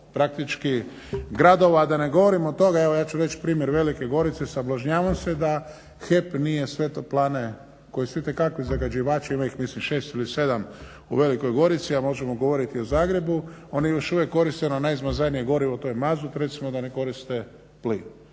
praktički gradova a da ne govorim od toga, evo ja ću reći primjer Velike Gorice, sablažnjavam se da HEP nije sve toplane koji su itekakvi zagađivači, ima ih mislim 6 ili 7 u Velikoj Gorici a možemo govoriti i o Zagrebu, oni još uvijek koriste ono najzamazanije gorivo a to je mazut recimo a da ne koriste plin.